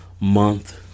month